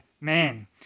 man